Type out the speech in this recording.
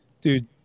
Dude